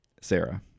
Sarah